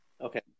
Okay